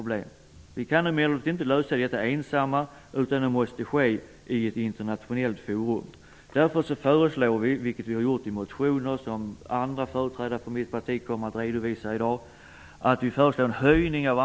Sverige kan emellertid inte lösa detta ensamt, utan det måste ske i ett internationellt forum. I väckta motioner föreslår därför Ny demokrati en höjning av anslaget till FN:s befolkningsfond UNFPA med 40 miljoner kronor.